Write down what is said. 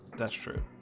that's true